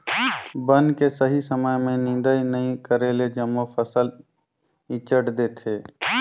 बन के सही समय में निदंई नई करेले जम्मो फसल ईचंट देथे